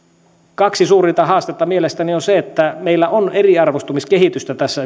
kaksi suurinta haastetta mielestäni ensinnäkin meillä on eriarvoistumiskehitystä tässä